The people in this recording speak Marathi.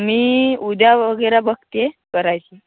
मी उद्या वगैरे बघते करायची